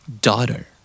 daughter